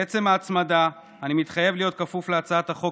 בעצם ההצמדה אני מתחייב להיות כפוף להצעת החוק